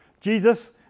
Jesus